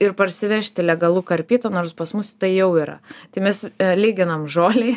ir parsivežti legalu karpytą nors pas mus tai jau yra tai mes lyginam žolę